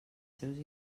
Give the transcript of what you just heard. seus